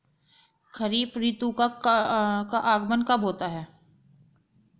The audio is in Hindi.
खरीफ ऋतु का आगमन कब होता है?